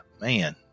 man